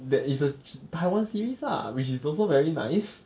that is a ch~ taiwan series lah which is also very nice